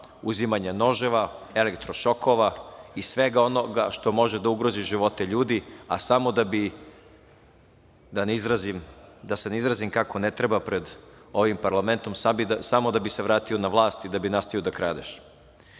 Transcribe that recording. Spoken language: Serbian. uzimanja noževa, elektrošokova i svega onoga što može da ugrozi živote ljudi, a samo da bi da se ne izrazim kako ne treba pred ovim parlamentom, samo da bi se vratio na vlast i da bi nastavio da kradeš. Drugi